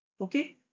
Okay